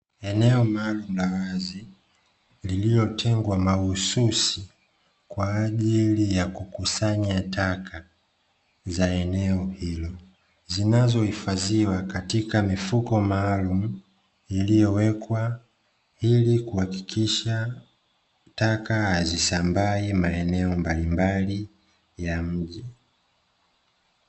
Eneo maalumu la wazi lililotengwa mahususi kwa ajili ya kukusanya taka za eneo hilo. Zinazohifadhiwa katika mifuko maalumu iliyowekwa ili kuhakikisha taka hazisambai maeneo mbalimbali ya mji.